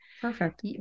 Perfect